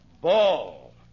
Ball